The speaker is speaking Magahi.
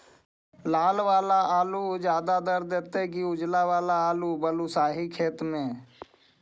लाल वाला आलू ज्यादा दर होतै कि उजला वाला आलू बालुसाही खेत में?